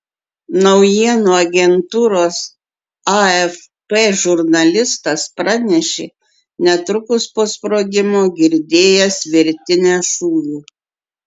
naujienų agentūros afp žurnalistas pranešė netrukus po sprogimo girdėjęs virtinę šūvių